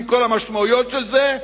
עם כל המשמעויות של זה?